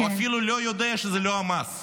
הוא אפילו לא יודע שזה לא המס.